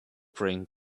bring